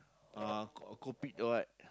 uh co~ Coupet or what